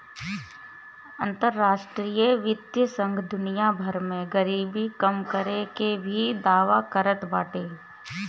अंतरराष्ट्रीय वित्तीय संघ दुनिया भर में गरीबी कम करे के भी दावा करत बाटे